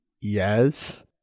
Yes